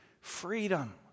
freedom